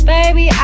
Baby